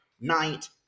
Night